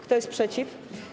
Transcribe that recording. Kto jest przeciw?